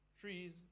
trees